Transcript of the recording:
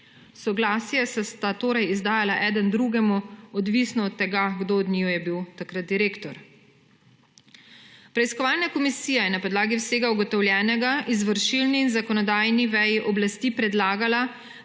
Soglasje sta torej izdajala eden drugemu, odvisno od tega, kdo od njiju je bil takrat direktor. Preiskovalna komisija je na podlagi vsega ugotovljenega izvršilni in zakonodajni veji oblasti predlagala,